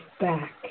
back